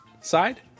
side